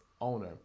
owner